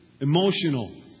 emotional